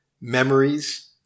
memories